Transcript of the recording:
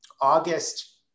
August